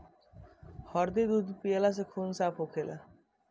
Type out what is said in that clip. हरदी दूध पियला से खून साफ़ होखेला